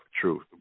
truth